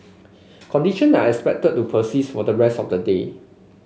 condition are expected to persist for the rest of the day